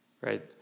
right